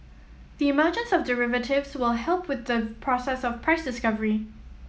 the emergence of derivatives will help with the process of price discovery